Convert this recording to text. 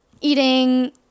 eating